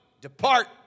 Depart